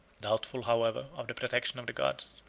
doubtful, however, of the protection of the gods,